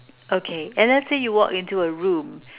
okay and let's say you walk into a room